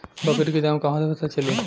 बकरी के दाम कहवा से पता चली?